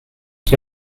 ydy